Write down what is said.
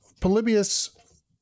Polybius